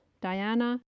Diana